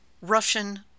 russian